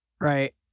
right